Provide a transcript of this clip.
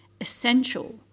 Essential